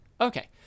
Okay